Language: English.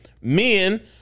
men